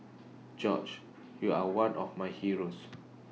George you are one of my heroes